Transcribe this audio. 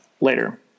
later